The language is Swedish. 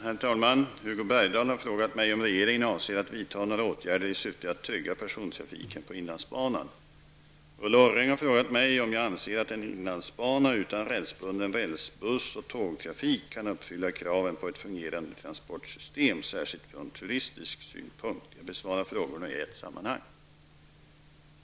Herr talman! Hugo Bergdahl har frågat mig om regeringen avser att vidta några åtgärder i syfte att trygga persontrafiken på inlandsbanan. Ulla Orring har frågat mig om jag anser att en inlandsbana utan spårbunden rälsbuss och tågtrafik kan uppfylla kraven på ett fungerande transportsystem särskilt från turistisk synpunkt. Jag besvarar frågorna i ett sammanhang.